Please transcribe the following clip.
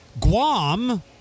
Guam